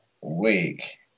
week